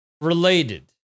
related